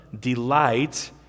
delight